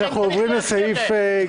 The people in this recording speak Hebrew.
ולכן צריך לאפשר להם...